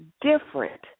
different